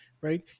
Right